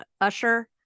Usher